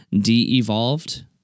de-evolved